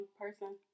person